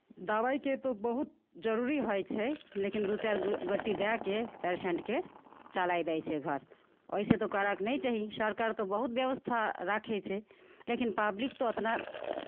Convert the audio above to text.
दबाइके तऽ बहुत जरूरी होइ छै लेकिन दू चारि गो गोटी दए कऽ पेशेंटकेँ चलाय दै छै घर वइसे तऽ करयके नहि चाही सरकार तऽ बहुत व्यवस्था राखै छै लेकिन पब्लिक तऽ उतना